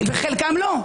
חלקם לא.